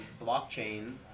blockchain